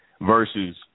Versus